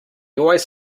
always